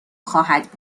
خواهد